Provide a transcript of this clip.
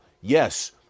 Yes